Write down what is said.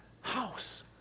house